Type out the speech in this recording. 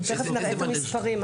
אנחנו תיכף נראה את המספרים,